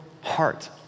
heart